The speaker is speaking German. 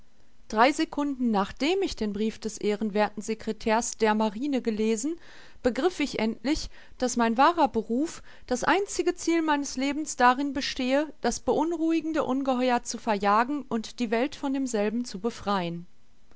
drei secunden nachdem ich den brief des ehrenwerthen secretärs der marine gelesen begriff ich endlich daß mein wahrer beruf das einzige ziel meines lebens darin bestehe das beunruhigende ungeheuer zu verjagen und die welt von demselben zu befreien